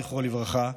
זכרו לברכה,